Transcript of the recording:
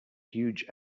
huge